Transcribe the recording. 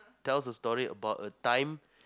tell us a story about a time